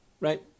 right